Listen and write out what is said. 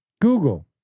Google